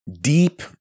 deep